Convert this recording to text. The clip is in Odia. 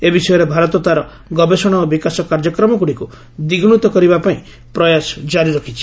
ଏ ବିଷୟରେ ଭାରତ ତାର ଗବେଷଣା ଓ ବିକାଶ କାର୍ଯ୍ୟକ୍ରମଗୁଡ଼ିକୁ ଦ୍ୱିଗୁଶିତ କରିବା ପାଇଁ ପ୍ରୟାସ ଜାରି ରଖିଛି